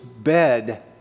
bed